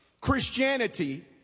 Christianity